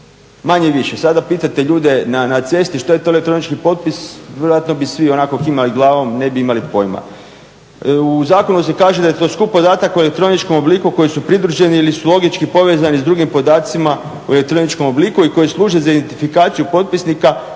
manje-više, sada pitajte ljude na cesti što je to elektronički potpis, vrlo vjerojatno bi svi onako kimali glavom, ne bi imali pojma. U zakonu se kaže da je to skup podatak u elektroničkom obliku u kojem su pridruženi ili su logički povezani s drugim podacima u elektroničkom obliku i koji služe za identifikaciju potpisnika,